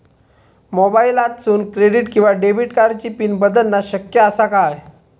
मोबाईलातसून क्रेडिट किवा डेबिट कार्डची पिन बदलना शक्य आसा काय?